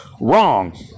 Wrong